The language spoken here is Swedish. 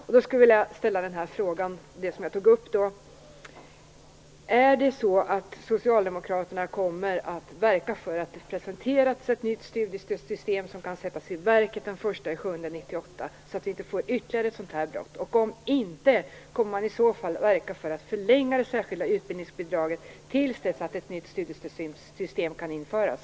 Jag skulle vilja ställa en fråga om det som jag tog upp. Kommer socialdemokraterna att verka för att det presenteras ett nytt studiestödssystem som kan sättas i verket den 1 juli 1998, så att vi inte får ytterligare ett brott? Om inte - kommer man då att verka för att förlänga det särskilda utbildningsbidraget tills dess att ett nytt studiestödssystem kan införas?